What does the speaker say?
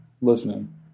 listening